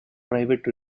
private